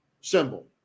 symbol